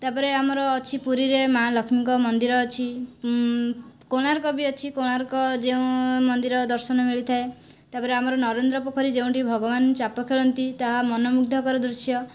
ତା'ପରେ ଆମର ଅଛି ପୁରୀରେ ମା' ଲକ୍ଷ୍ମୀଙ୍କ ମନ୍ଦିର ଅଛି କୋଣାର୍କ ବି ଅଛି କୋଣାର୍କ ଯେଉଁ ମନ୍ଦିର ଦର୍ଶନ ମିଳିଥାଏ ତା'ପରେ ଆମର ନରେନ୍ଦ୍ର ପୋଖରି ଯେଉଁଠି ଭଗବାନ ଚାପ ଖେଳନ୍ତି ତାହା ମନୋ ମୁଗ୍ଧକର ଦୃଶ୍ୟ